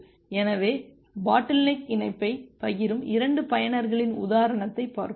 எனவே பாட்டில்நெக் இணைப்பைப் பகிரும் 2 பயனர்களின் உதாரணத்தை பார்ப்போம்